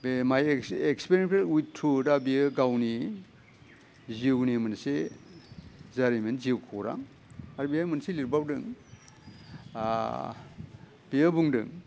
बे my experiment with truth आ बेयो गावनि जिउनि मोनसे जारिमिन जिउ खौरां आरो बेयो मोनसे लिरबावदों बेयो बुंदों